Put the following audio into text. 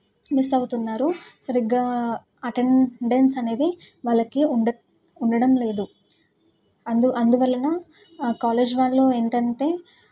miss అవుతున్నారు సరిగ్గా attendance అనేది వాళ్ళకి ఉండటం ఉండటం లేదు అందు అందువలన ఆ కాలేజ్ వాళ్ళు ఏంటి అంటే